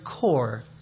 core